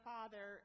Father